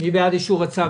מי בעד אישור הצו,